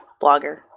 blogger